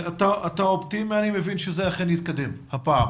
אתה אופטימי, אני מבין, שזה אכן יתקדם הפעם?